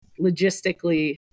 logistically